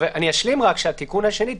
אני אשלים רק שהתיקון השני,